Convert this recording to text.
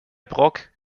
brok